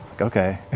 okay